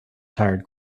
tired